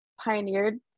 pioneered